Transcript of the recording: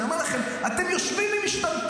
אני אומר לכם: אתם יושבים עם משתמטים.